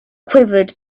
quivered